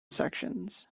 sections